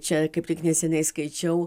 čia kaip tik neseniai skaičiau